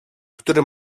który